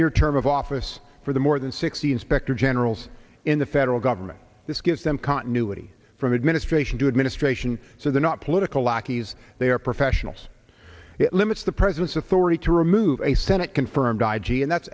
year term of office for the more than sixty inspector generals in the federal government this gives them continuity from administration to administration so they're not political lackeys they are professionals it limits the president's authority to remove a senate confirmed i g and that's